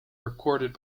recorded